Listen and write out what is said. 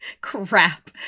crap